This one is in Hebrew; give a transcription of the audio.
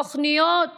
תוכניות